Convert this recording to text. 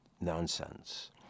nonsense